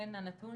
בהינתן הנתון